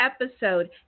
episode